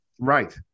Right